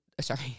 sorry